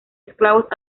eslavos